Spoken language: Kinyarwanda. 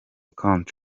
country